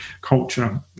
culture